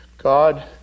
God